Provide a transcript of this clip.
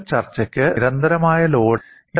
കൂടുതൽ ചർച്ചയ്ക്ക് നിരന്തരമായ ലോഡ് കേസ് പരിഗണിക്കാം